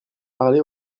parlé